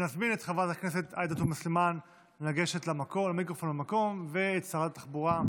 נזמין את חברת הכנסת עאידה תומא סלימאן לגשת למיקרופון ואת שרת התחבורה,